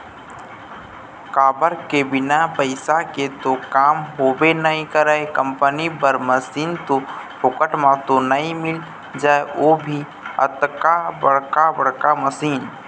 काबर के बिना पइसा के तो काम होबे नइ करय कंपनी बर मसीन तो फोकट म तो नइ मिल जाय ओ भी अतका बड़का बड़का मशीन